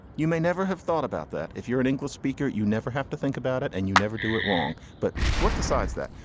you may never have thought about that. if you're an english speaker, you never have to think about it and you never do it wrong. but what decides that?